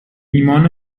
ایمان